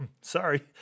Sorry